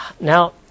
Now